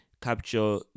capture